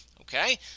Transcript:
Okay